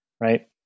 right